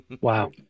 Wow